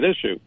issue